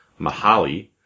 Mahali